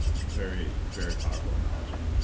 very very powerful analogy.